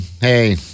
Hey